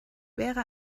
wäre